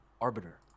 arbiter